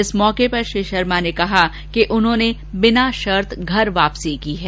इस मौके पर श्री शर्मा ने कहा उन्होंने बिना शर्त घर वापसी की है